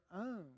own